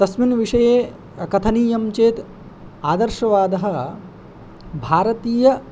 तस्मिन् विषये कथनीयं चेत् आदर्शवादः भारतीय